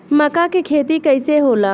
मका के खेती कइसे होला?